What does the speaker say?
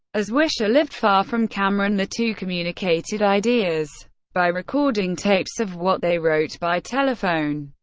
as wisher lived far from cameron, the two communicated ideas by recording tapes of what they wrote by telephone.